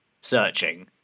searching